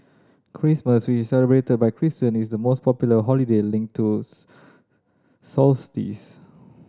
Christmas which celebrated by Christian is the most popular holiday linked to solstice